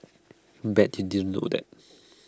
bet you didn't know that